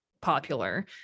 popular